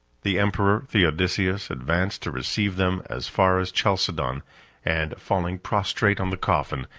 the emperor theodosius advanced to receive them as far as chalcedon and, falling prostrate on the coffin,